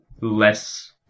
less